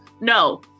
No